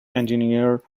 engineer